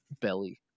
belly